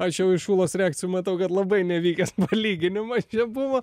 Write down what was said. aš jau iš ūlos reakcijų matau kad labai nevykęs palyginimas čia buvo